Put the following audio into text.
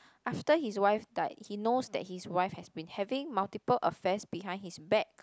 after his wife died he knows that his wife has been having multiple affairs behind his back